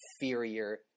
inferior